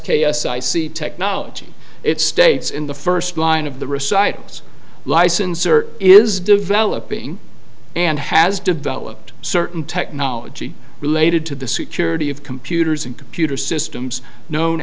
k s i c technology it states in the first line of the recitals license or is developing and has developed certain technology related to the security of computers and computer systems known